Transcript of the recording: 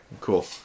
cool